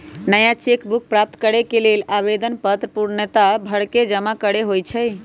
नया cheque book प्राप्त करेके लेल आवेदन पत्र पूर्णतया भरके जमा करेके होइ छइ